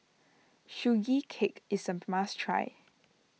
Sugee Cake is a must try